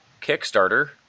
Kickstarter